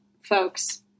folks